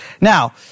Now